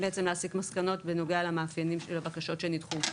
להסיק מסקנות בנוגע למאפיינים של הבקשות שנדחו.